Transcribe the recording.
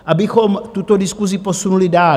Abychom tuto diskusi posunuli dál.